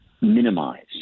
minimize